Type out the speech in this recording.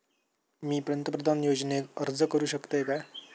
मी पंतप्रधान योजनेक अर्ज करू शकतय काय?